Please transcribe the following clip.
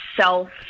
self